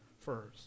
first